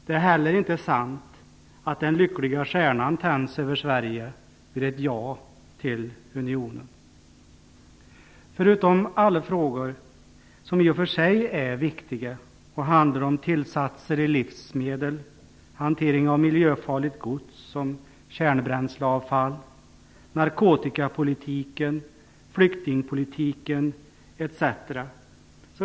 Det är heller inte sant att den lyckliga stjärnan tänds över Sverige vid ett ja till unionen. Förutom alla frågor som i och för sig är viktiga och som handlar om tillsatser i livsmedel, hantering av miljöfarligt gods som kärnbränsleavfall, narkotikapolitiken, flyktingpolitiken etc.